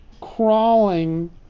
crawling